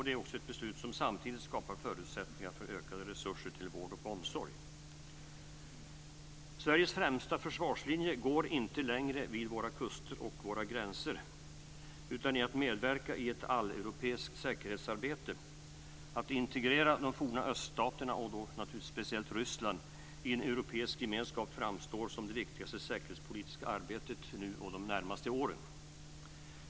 Det är också ett beslut som skapar förutsättningar för ökade resurser till vård och omsorg. Sveriges främsta försvarslinje går inte längre vid våra kuster och gränser, utan det handlar om att medverka i ett alleuropeiskt säkerhetsarbete. Att integrera de forna öststaterna, speciellt Ryssland, i en europeisk gemenskap framstår som det viktigaste säkerhetspolitiska arbetet nu och de närmaste åren.